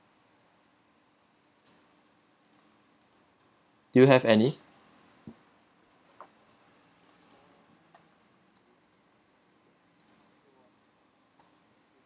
do you have any